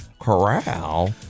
Corral